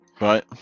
Right